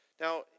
Now